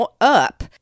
up